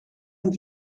een